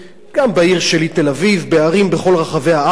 גם בעיר שלי תל-אביב, בערים בכל רחבי הארץ,